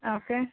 okay